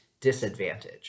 disadvantage